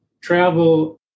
travel